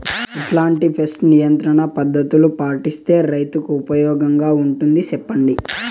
ఎట్లాంటి పెస్ట్ నియంత్రణ పద్ధతులు పాటిస్తే, రైతుకు ఉపయోగంగా ఉంటుంది సెప్పండి?